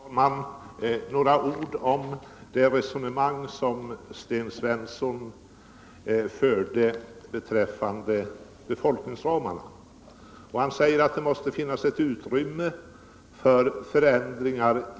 Herr talman! Jag vill säga några ord om det resonemang som Sten Svensson förde beträffande befolkningsramarna. Han sade att det inom dessa måste finnas ett utrymme för förändringar.